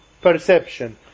perception